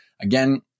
Again